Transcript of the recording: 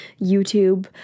YouTube